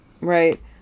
right